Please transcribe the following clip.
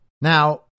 now